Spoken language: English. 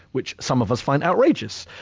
which some of us find outrageous.